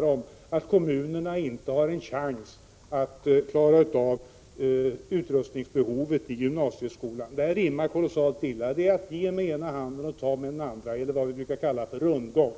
varmt om att kommunerna inte har en chans att klara av utrustningsbehovet i gymnasieskolan. Det här rimmar kolossalt illa. Det är att ge med ena handen och ta med den andra, eller vad vi brukar kalla för rundgång.